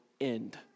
end